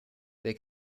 they